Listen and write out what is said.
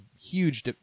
huge